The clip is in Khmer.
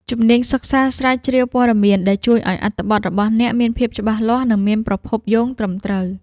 ជំនាញសិក្សាស្រាវជ្រាវព័ត៌មានដែលជួយឱ្យអត្ថបទរបស់អ្នកមានភាពច្បាស់លាស់ និងមានប្រភពយោងត្រឹមត្រូវ។